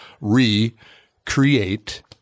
re-create-